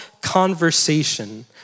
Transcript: conversation